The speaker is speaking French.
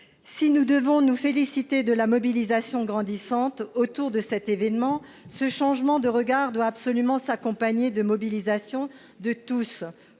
Si nous devons nous féliciter de la mobilisation grandissante autour de cet événement, ce changement de regard doit absolument s'accompagner de la mobilisation de tous